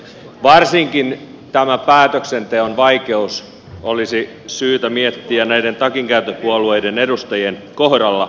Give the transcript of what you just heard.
varsinkin tämä päätöksenteon vaikeus olisi syytä miettiä näiden takinkääntöpuolueiden edustajien kohdalla